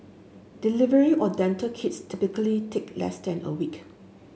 delivery or dental kits typically take less than a week